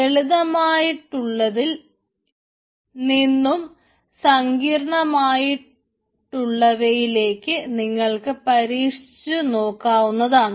ലളിതമായുള്ളതിൽ നിന്നും സങ്കീർണമായുള്ളവയിലേക്ക് നിങ്ങൾക്ക് പരീക്ഷിച്ചു നോക്കാവുന്നതാണ്